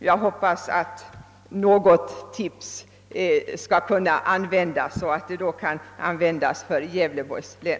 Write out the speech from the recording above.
Jag hoppas att något av dessa tips skall kunna användas för Gävleborgs län.